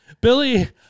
Billy